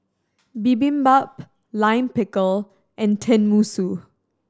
Bibimbap Lime Pickle and Tenmusu